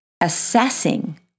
assessing